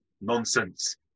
nonsense